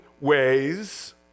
ways